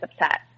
upset